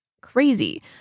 crazy